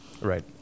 Right